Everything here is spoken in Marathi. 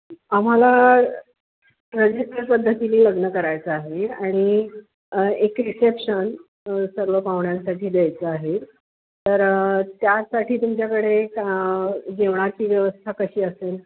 आम्हाला रजिस्टर पद्धतीने लग्न करायचं आहे आणि एक रिसेप्शन सर्व पाहुण्यांसाठी द्यायचं आहे तर त्यासाठी तुमच्याकडे जेवणाची व्यवस्था कशी असेल